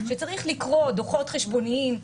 שצריך לקרוא דוחות חשבוניים,